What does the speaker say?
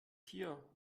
hier